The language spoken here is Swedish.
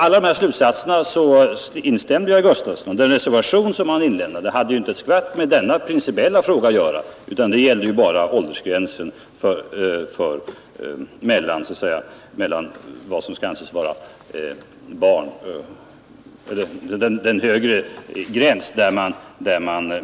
I alla dessa slutsatser instämde herr Gustavsson. Och den reservation som han avlämnade hade ju inte med denna principiella fråga att göra; den gällde bara den övre åldersgränsen för barnförbjuden film.